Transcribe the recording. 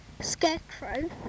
Scarecrow